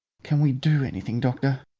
can we do anything, doctor?